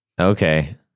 Okay